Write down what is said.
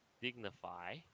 dignify